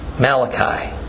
Malachi